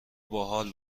باحال